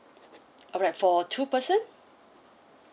alright for two person